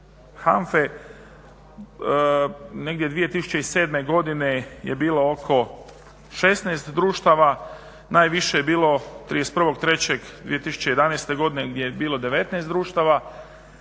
HANFA-e negdje 2007. godine je bilo oko 16 društava, najviše je bilo 31.3.2011. gdje je bilo 19 društava